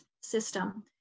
system